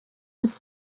his